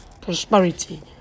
prosperity